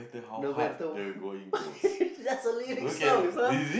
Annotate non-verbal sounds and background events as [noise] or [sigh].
no matter [laughs] that's a lyrics song